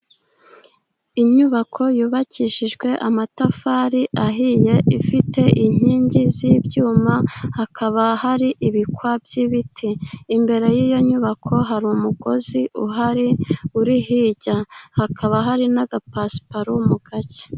Inyubako yubakishijwe amatafari ahiye, ifite inkingi z'ibyuma hakaba hari ibikwa by'ibiti. Imbere y'iyo nyubako hari umugozi uhari, uri hirya hakaba hari n'agapasiparumu gake.